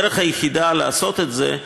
הדרך היחידה לעשות את זה,